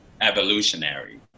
evolutionary